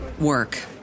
work